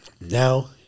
now